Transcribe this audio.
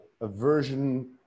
aversion